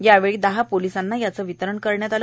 यावेळी दहा पोलिसांना याच वितरण करण्यात आल